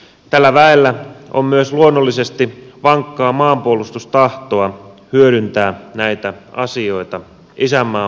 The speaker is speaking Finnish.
tällä väellä on myös luonnollisesti vankkaa maanpuolustustahtoa hyödyntää näitä asioita isänmaan parhaaksi